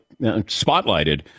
spotlighted